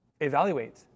evaluate